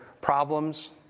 problems